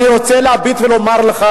אני רוצה להביט ולומר לך,